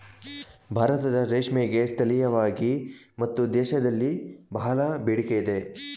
ಭಾರತದ ರೇಷ್ಮೆಗೆ ಸ್ಥಳೀಯವಾಗಿ ಮತ್ತು ದೇಶಗಳಲ್ಲಿ ಬಹಳ ಬೇಡಿಕೆ ಇದೆ